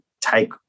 take